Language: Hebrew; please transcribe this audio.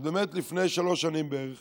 אז באמת, לפני שלוש שנים בערך